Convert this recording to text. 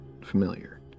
familiar